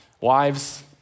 Wives